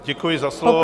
Děkuji za slovo.